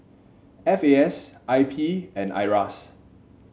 F A S I P and Iras